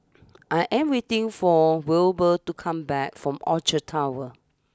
I am waiting for Wilbur to come back from Orchard Towers